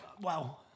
Wow